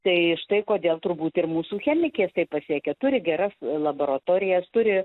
tai štai kodėl turbūt ir mūsų chemikės tai pasiekia turi geras laboratorijas turi